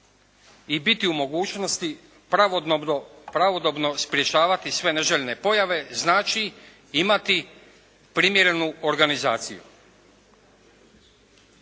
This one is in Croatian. i biti u mogućnosti pravodobno sprječavati sve neželjene pojave, znači imati primjerenu organizaciju.